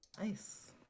Nice